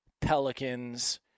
Pelicans